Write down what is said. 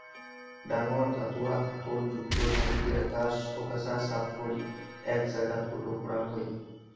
ডাঙর দাতুয়া হাতল যুক্ত ঝাড়ু দিয়া ঘাস, আগাছা সাফ করি এ্যাক জাগাত গোটো করাং হই